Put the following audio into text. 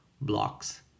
Blocks